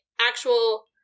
actual